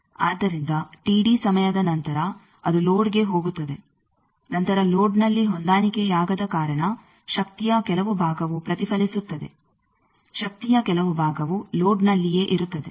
ಆದ್ದರಿಂದ ಸಮಯದ ನಂತರ ಅದು ಲೋಡ್ಗೆ ಹೋಗುತ್ತದೆ ನಂತರ ಲೋಡ್ನಲ್ಲಿ ಹೊಂದಾಣಿಕೆಯಾಗದ ಕಾರಣ ಶಕ್ತಿಯ ಕೆಲವು ಭಾಗವು ಪ್ರತಿಫಲಿಸುತ್ತದೆ ಶಕ್ತಿಯ ಕೆಲವು ಭಾಗವು ಲೋಡ್ನಲ್ಲಿಯೇ ಇರುತ್ತದೆ